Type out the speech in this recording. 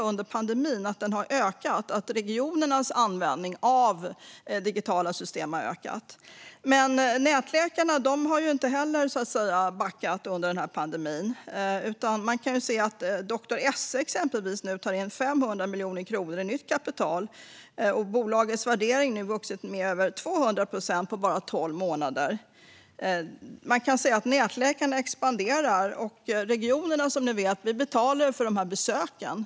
Under pandemin har regionernas användning av digitala system ökat. Men nätläkarna har inte heller backat under pandemin. Exempelvis tar nu Doktor.se in 500 miljoner kronor i nytt kapital. Bolagets värdering har vuxit med över 200 procent på bara tolv månader. Nätläkarna expanderar. Som ni vet betalar regionerna för de här besöken.